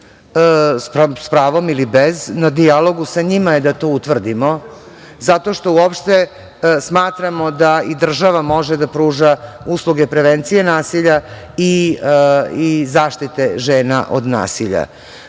s pravom ili bez, na dijalogu sa njima je da to utvrdimo zato što uopšte smatramo da i država može da pruža usluge prevencije nasilja i zaštite žena od nasilja. Mi